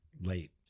late